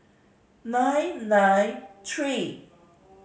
nine nine three